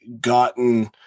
gotten